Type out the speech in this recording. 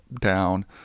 down